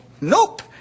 Nope